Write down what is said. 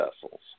vessels